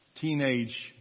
teenage